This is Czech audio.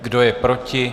Kdo je proti?